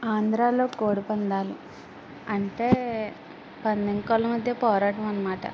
ఆంధ్రాలో కోడి పందాలు అంటే పందెం కోళ్ళ మధ్య పోరాటం అనమాట